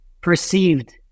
perceived